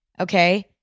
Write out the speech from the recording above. okay